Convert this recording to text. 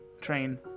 train